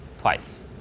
twice